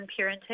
parenting